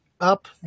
up